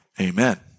Amen